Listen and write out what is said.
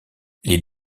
les